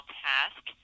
task